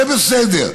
זה בסדר.